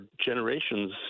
generations